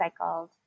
recycled